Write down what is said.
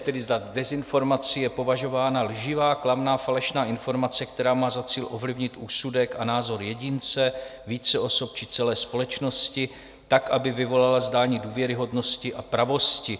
Tedy za dezinformaci je považována lživá, klamná, falešná informace, která má cíl ovlivnit úsudek a názor jedince, více osob či celé společnosti tak, aby vyvolala zdání důvěryhodnosti a pravosti.